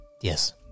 Yes